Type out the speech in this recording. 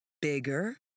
bigger